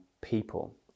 people